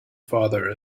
father